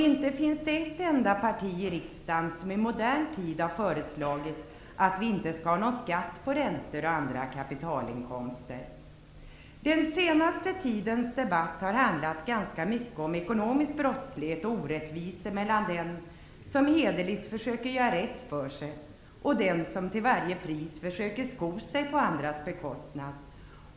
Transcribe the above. Det finns inte ett enda parti i riksdagen som i modern tid har föreslagit att vi inte skall ha någon skatt på räntor och andra kapitalinkomster. Den senaste tidens debatt har handlat ganska mycket om ekonomisk brottslighet och orättvisor mellan den som hederligt försöker göra rätt för sig och den som till varje pris försöker sko sig på andras bekostnad.